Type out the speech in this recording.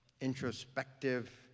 introspective